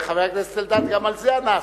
חבר הכנסת אלדד, גם על זה ענה השר.